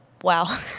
wow